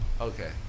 Okay